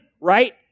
right